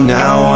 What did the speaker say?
now